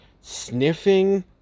sniffing